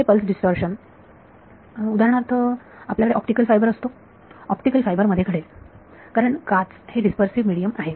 हे pulse distortion उदाहरणार्थ आपल्याकडे ऑप्टिकल फायबर असतो ऑप्टिकल फायबर मध्ये घडेल कारण काच हे डीस्पर्सीव्ह मिडीयम आहे